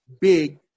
big